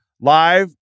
live